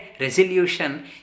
resolution